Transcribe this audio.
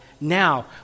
now